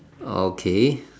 okay